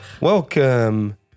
Welcome